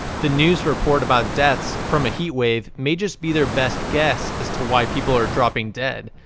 the news report about deaths from a heat wave may just be their best guess as to why people are dropping dead.